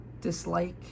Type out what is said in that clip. dislike